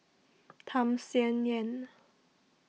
Tham Sien Yen